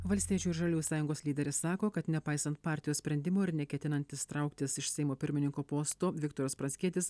valstiečių ir žaliųjų sąjungos lyderis sako kad nepaisant partijos sprendimo ir neketinantis trauktis iš seimo pirmininko posto viktoras pranckietis